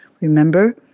Remember